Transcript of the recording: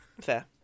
Fair